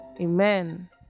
Amen